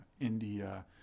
India